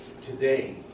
today